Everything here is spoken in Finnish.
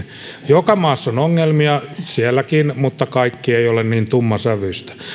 joka maassa on ongelmia sielläkin mutta kaikki ei ole niin tummasävyistä